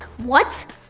what?